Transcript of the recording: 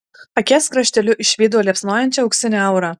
akies krašteliu išvydau liepsnojančią auksinę aurą